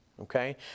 okay